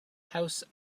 house